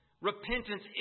Repentance